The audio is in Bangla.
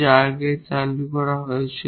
যা আগে চালু করা হয়েছিল